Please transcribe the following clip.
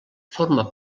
forma